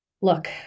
Look